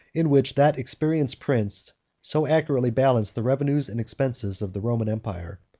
in which that experienced prince so accurately balanced the revenues and expenses of the roman empire.